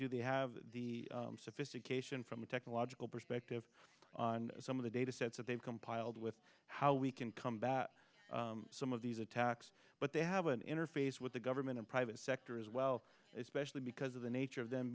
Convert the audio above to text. do they have the sophistication from a technological perspective on some of the data sets that they've compiled with how we can combat some of these attacks but they have an interface with the government and private sector as well especially because of the nature of them